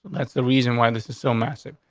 that's the reason why this is so massive.